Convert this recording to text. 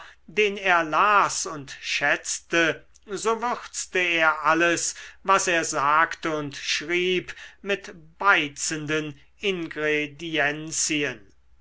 den er las und schätzte so würzte er alles was er sagte und schrieb mit beizenden ingredienzien